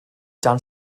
dan